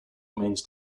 remains